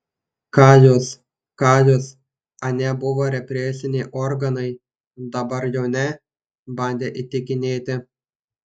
ką jūs ką jūs anie buvo represiniai organai dabar jau ne bandė įtikinėti